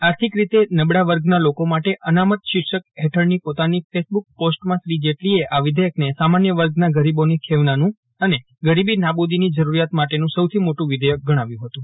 આર્થિક રીતે નબળા વર્ગના લોકો માટે અનામત શિર્ષક હેઠળની પોતાની ફેસબૂક પોસ્ટમાં શ્રી જેટલીએ આ વિષેયકને સામાન્ય વર્ગના ગરીબોની ખેવનાનું અને ગરીબી નાબૂદીની જરૂરિયાત માટેનું સૌથી મોહું વિષેયક ગજ્ઞાવ્યું હતું